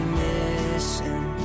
missing